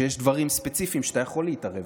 שיש דברים ספציפיים שאתה יכול להתערב.